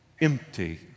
empty